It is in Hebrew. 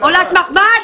עולת מחמד?